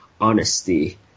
honesty